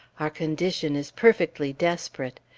our condition is perfectly desperate.